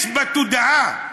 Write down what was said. יש בתודעה,